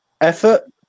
Effort